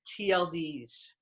TLDs